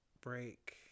Break